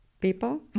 people